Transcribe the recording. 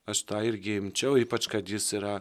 aš tą irgi imčiau ypač kad jis yra